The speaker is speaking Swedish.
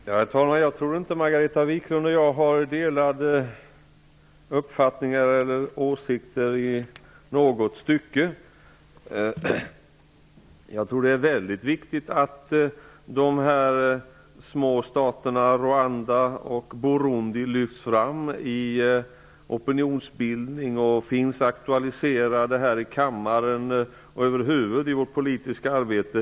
Herr talman! Jag tror inte att Margareta Viklund och jag har delade meningar i något stycke. Jag tror att det är mycket viktigt att de små staterna Rwanda och Burundi lyfts fram i opinionsbildningen och hålls aktuella här i kammaren och över huvud i vårt politiska arbete.